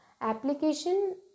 Application